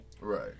Right